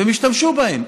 והם ישתמשו בהם.